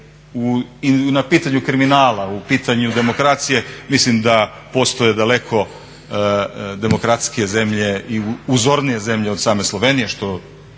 na pitanju kriminala, u pitanju demokracije mislim da postoje daleko demokratskije zemlje i uzornije zemlje od same Slovenije što